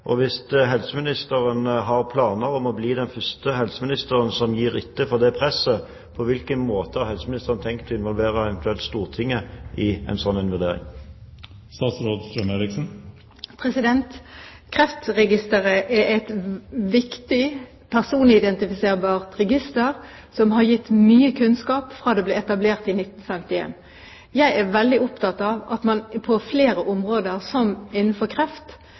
og hvis helseministeren har planer om å bli den første helseministeren som gir etter for dette presset, på hvilken måte har helseministeren eventuelt tenkt å involvere Stortinget i en slik vurdering? Kreftregisteret er et viktig personidentifiserbart register som har gitt mye kunnskap fra det ble etablert i 1951. Jeg er veldig opptatt av at man på flere områder, som innenfor kreft,